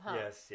yes